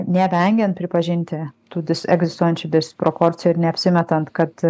nevengiant pripažinti tų dis egzistuojančių disproporcijų ir neapsimetant kad